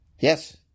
Yes